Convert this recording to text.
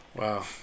Wow